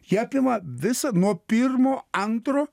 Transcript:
jie apima visą nuo pirmo antro